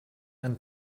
and